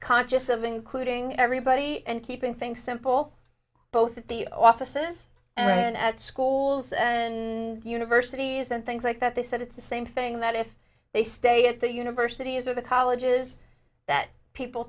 conscious of including everybody and keeping things simple both at the offices and at schools and universities and things like that they said it's the same thing that if they stay at the universities or the colleges that people